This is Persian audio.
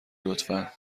لطفا